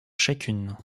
chacune